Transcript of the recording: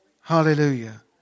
Hallelujah